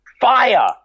fire